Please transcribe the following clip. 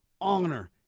honor